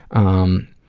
um,